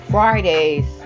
Fridays